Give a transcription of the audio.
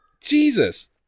Jesus